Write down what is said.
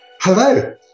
hello